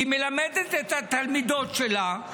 היא מלמדת את התלמידות שלה,